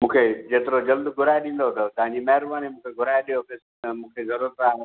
मूंखे जेतिरो जल्द घुराए ॾींदव त तव्हांजी महिरबानी मूंखे घुराए ॾियो मूंखे जरूअत आहे